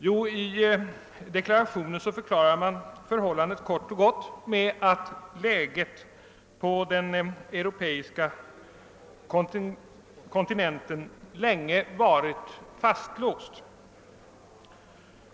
Ja, i deklarationen förklarar man förhållandet kort och gott med att läget på den europeiska kontinenten länge varit relativt fastlåst.